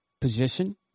position